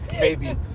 baby